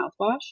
mouthwash